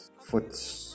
foot